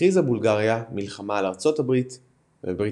הכריזה בולגריה מלחמה על ארצות הברית ובריטניה.